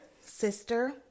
sister